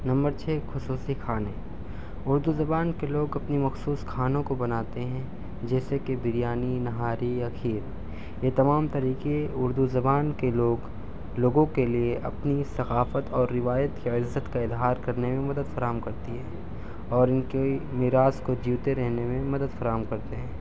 number چھ خصوصی کھانے اردو زبان کے لوگ اپنی مخصوص کھانوں کو بناتے ہیں جیسے کہ بریانی نہاری یا کھیر یہ تمام طریقے اردو زبان کے لوگ لوگوں کے لیے اپنی ثقافت اور روایت کے عزت کا اظہار کرنے میں مدد فراہم کرتی ہے اور ان کی میراث کو جیتے رہنے میں مدد فراہم کرتے ہیں